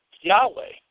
Yahweh